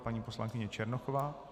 Paní poslankyně Černochová.